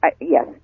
Yes